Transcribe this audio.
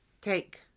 Take